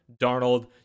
Darnold